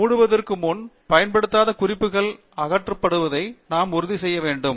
இப்போது மூடுவதற்கு முன் பயன்படுத்தப்படாத குறிப்புகள் அகற்றப்படுவதை நாம் உறுதி செய்ய வேண்டும்